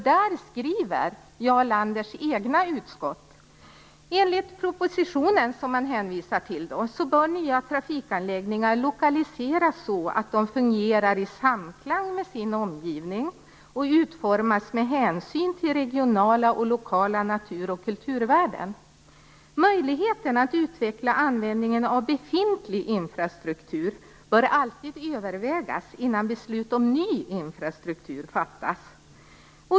Där skriver Jarl Landers eget utskott: "Enligt propositionen" - som man där hänvisar till - "bör nya trafikanläggningar lokaliseras så att de fungerar i samklang med sin omgivning och utformas med hänsyn till regionala och lokala natur och kulturvärden. Möjligheten att utveckla användningen av befintlig infrastruktur bör alltid övervägas innan beslut om ny infrastruktur fattas."